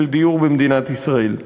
של דיור במדינת ישראל.